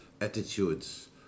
attitudes